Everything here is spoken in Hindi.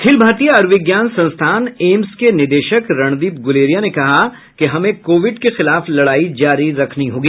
अखिल भारतीय आयुर्विज्ञान संस्थान एम्स के निदेशक रणदीप गुलेरिया ने कहा कि हमें कोविड के खिलाफ लड़ाई जारी रखनी होगी